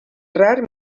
rar